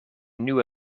nieuwe